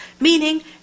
meaning